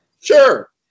Sure